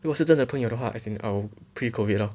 如果是真的朋友的话 as in I'll pre COVID lor